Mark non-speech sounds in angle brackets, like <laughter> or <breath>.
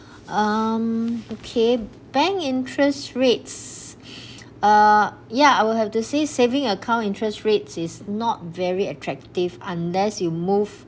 um okay bank interest rates <breath> uh ya I will have to say saving account interest rates is not very attractive unless you move